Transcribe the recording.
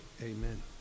Amen